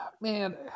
Man